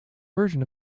version